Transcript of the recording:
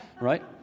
right